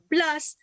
Plus